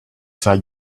try